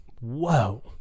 Whoa